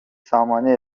سامانه